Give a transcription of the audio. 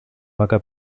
vaca